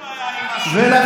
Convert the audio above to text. זה התפקיד שלך,